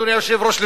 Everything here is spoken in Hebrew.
אדוני היושב-ראש,